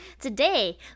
today